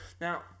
Now